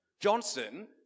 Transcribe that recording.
Johnson